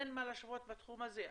אין מה להשוות בתחום הזה.